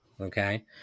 Okay